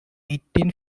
eighteen